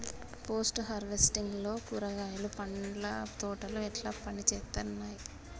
Post harvesting లో కూరగాయలు పండ్ల తోటలు ఎట్లా పనిచేత్తనయ్?